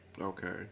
Okay